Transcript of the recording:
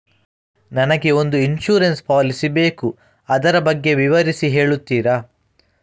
ನನಗೆ ಒಂದು insurance policy ಬೇಕು ಅದರ ಬಗ್ಗೆ ವಿವರಿಸಿ ಹೇಳುತ್ತೀರಾ?